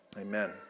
amen